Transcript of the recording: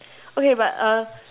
okay but uh